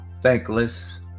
thankless